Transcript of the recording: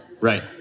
Right